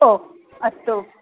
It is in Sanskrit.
ओ अस्तु